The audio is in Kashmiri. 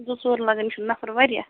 زٕ ژور لگَن یِم چھِ نَفر واریاہ